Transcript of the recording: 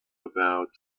about